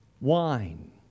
Wine